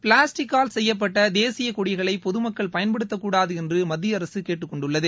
பிளாஸ்டிக்கால் செய்யப்பட்ட தேசியக்கொடிகளை பொதுமக்கள் பயன்படுத்தக்கூடாது என்று மத்தியஅரசு கேட்டுக்கொண்டுள்ளது